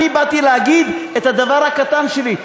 באתי להגיד את הדבר הקטן שלי,